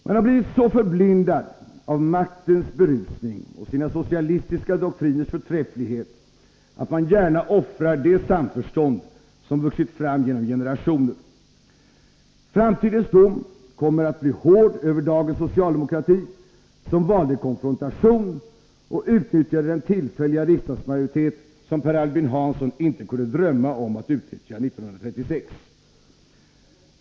Man har blivit så förblindad av maktens berusning och sina socialistiska doktriners förträfflighet, att man gärna offrar det samförstånd som vuxit fram genom generationer. Framtidens dom kommer att bli hård över dagens socialdemokrati, som valde konfrontation och utnyttjade den tillfälliga riksdagsmajoritet som Per Albin Hansson inte kunde drömma om att utnyttja 1936.